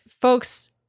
folks